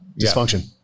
dysfunction